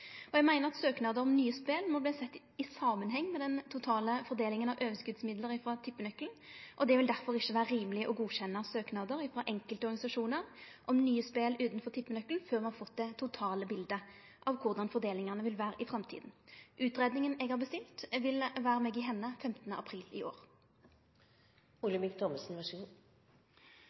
Eg meiner at søknader om nye spel må sjåast i samanheng med den totale fordelinga av overskotsmidlar frå tippenøkkelen. Det vil derfor ikkje vere rimeleg å godkjenne søknader frå enkelte organisasjonar om nye spel utanfor tippenøkkelen, før me har fått det totale bildet av korleis fordelingane vil vere i framtida. Utgreiinga eg har bestilt, vil vere meg i hende 15. april i år.